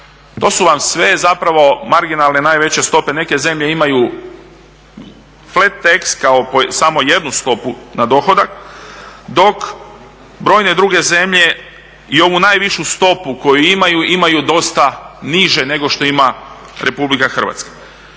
To su vam sve zapravo marginalne najveće stope. Neke zemlje imaju … kao samo jednu stopu na dohodak, dok brojne druge zemlje i ovu najvišu stopu koju imaju, imaju dosta niže nego što ima RH.